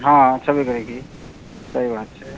बुझलहुॅं ने तऽ की केना छै ओहिपर मानि लिअ छूटो तूट दै छियै किताब सब पर